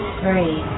three